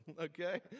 okay